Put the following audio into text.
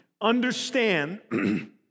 understand